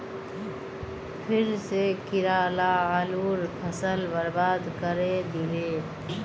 फेर स कीरा ला आलूर फसल बर्बाद करे दिले